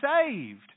saved